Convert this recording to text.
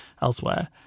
elsewhere